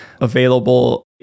available